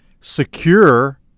secure